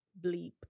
bleep